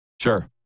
Sure